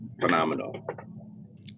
phenomenal